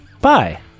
Bye